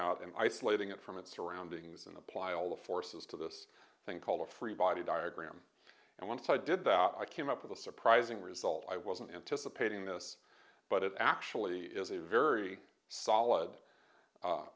at in isolating it from its surroundings and apply all the forces to this thing called a free body diagram and once i did that i came up with a surprising result i wasn't anticipating this but it actually is a very solid